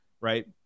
Right